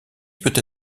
peut